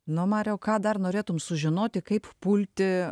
nu mariau ką dar norėtum sužinoti kaip pulti